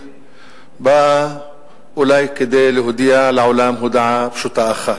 באה אולי כדי להודיע לעולם הודעה פשוטה אחת,